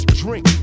drink